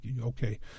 Okay